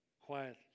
quiet